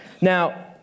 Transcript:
Now